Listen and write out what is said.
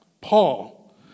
Paul